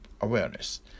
awareness